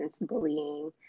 bullying